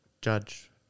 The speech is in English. judge